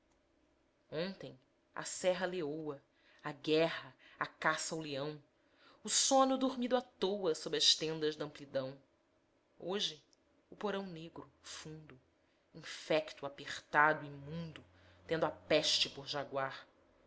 ontem a serra leoa a guerra a caça ao leão o sono dormido à toa sob as tendas d'amplidão hoje o porão negro fundo infecto apertado imundo tendo a peste por jaguar